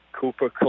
Cooper